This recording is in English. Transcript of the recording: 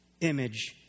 image